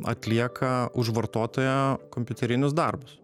atlieka už vartotoją kompiuterinius darbus